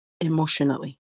emotionally